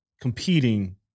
competing